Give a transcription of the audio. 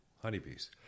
honeybees